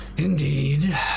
Indeed